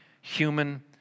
human